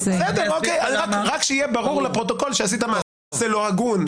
רק שיהיה ברור לפרוטוקול שעשית מעשה לא הגון,